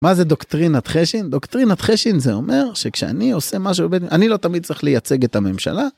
מה זה דוקטרינת חשין? דוקטרינת חשין זה אומר שכשאני עושה משהו, אני לא תמיד צריך לייצג את הממשלה.